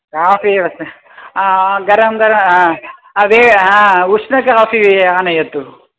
coffee एव गरं गरं वे उष्णकाफ़ी आनयतु